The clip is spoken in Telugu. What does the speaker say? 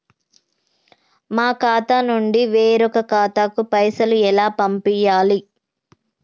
మా ఖాతా నుండి వేరొక ఖాతాకు పైసలు ఎలా పంపియ్యాలి?